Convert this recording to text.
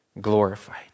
glorified